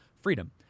Freedom